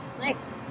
nice